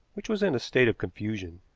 which was in a state of confusion.